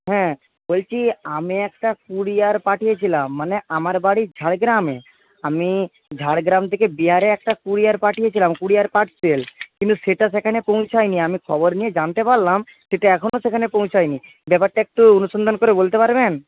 হ্যাঁ বলছি আমি একটা ক্যুরিয়ার পাঠিয়েছিলাম মানে আমার বাড়ি ঝাড়গ্রামে আমি ঝাড়গ্রাম থেকে বিহারে একটা ক্যুরিয়ার পাঠিয়েছিলাম ক্যুরিয়ার পার্সেল কিন্তু সেটা সেখানে পৌঁছায়নি আমি খবর নিয়ে জানতে পারলাম সেটা এখনও সেখানে পৌঁছায়নি ব্যাপারটা একটু অনুসন্ধান করে বলতে পারবেন